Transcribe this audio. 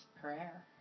prayer